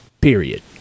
Period